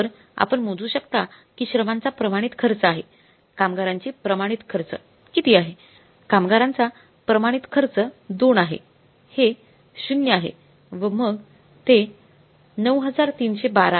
तर आपण मोजू शकता की श्रमांचा प्रमाणित खर्च आहे कामगारांची प्रमाणित खर्च किती आहे कामगारांची प्रमाणित खर्च २ आहे हे ० आहे व मग ते 9312 आहे तर 120